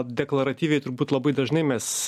deklaratyviai turbūt labai dažnai mes